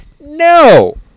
No